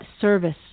service